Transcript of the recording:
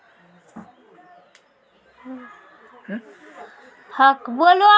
लकड़ी केरो निर्माण अनेक चरण क प्रक्रिया छिकै